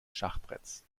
schachbretts